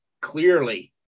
clearly